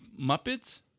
Muppets